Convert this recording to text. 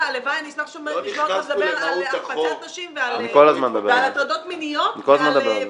הלוואי ואני אשמע אותך מדבר על החפצת נשים והטרדות מיניות ועל